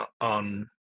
on